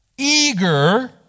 Eager